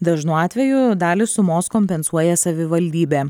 dažnu atveju dalį sumos kompensuoja savivaldybė